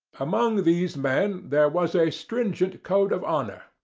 among these men there was a stringent code of honour,